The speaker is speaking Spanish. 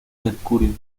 mercurio